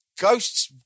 Ghosts